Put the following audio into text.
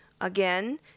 Again